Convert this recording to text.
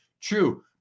True